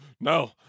No